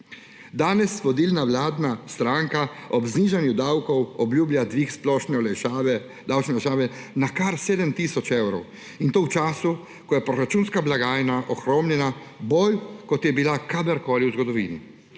Danes vodilna vladna stranka ob znižanju davkov obljublja dvig splošne davčne olajšave na kar 7 tisoč evrov in to v času, ko je proračunska blagajna ohromljena bolj, kot je bila kadarkoli v zgodovini.